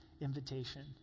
invitation